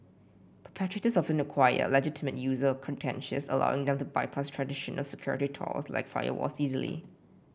perpetrators often acquire legitimate user credentials allowing them to bypass traditional security tools like firewalls easily